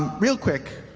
real quick,